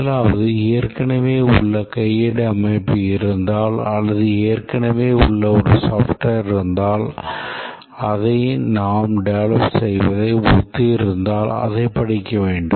முதலாவது ஏற்கனவே உள்ள கையேடு அமைப்பு இருந்தால் அல்லது ஏற்கனவே உள்ள ஒரு software இருந்தால் அது நாம் டெவெலப் செய்வதை ஒத்து இருந்தால் அதைப் படிக்க வேண்டும்